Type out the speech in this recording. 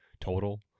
total